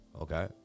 Okay